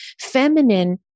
Feminine